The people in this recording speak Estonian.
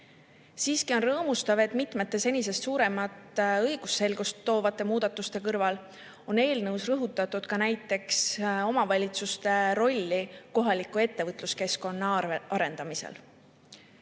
Siiski on rõõmustav, et mitmete senisest suuremat õigusselgust toovate muudatuste kõrval on eelnõus rõhutatud ka näiteks omavalitsuste rolli kohaliku ettevõtluskeskkonna arendamisel.